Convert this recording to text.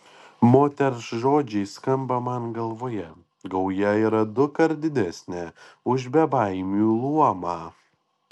moters žodžiai skamba man galvoje gauja yra dukart didesnė už bebaimių luomą